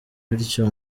bityo